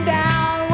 down